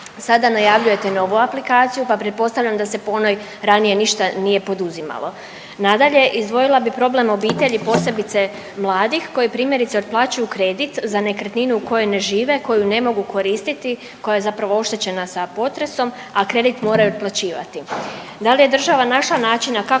sada najavljujete novu aplikaciju pa pretpostavljam da se po onoj ranije ništa nije poduzimalo. Nadalje, izdvojila bi problem obitelji posebice mladih koji primjerice otplaćuju kredit za nekretninu u kojoj ne žive koju ne mogu koristiti, koja je zapravo oštećena sa potresom, a kredit moraju otplaćivati.